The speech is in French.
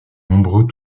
nombreux